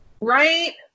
Right